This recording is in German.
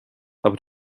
aber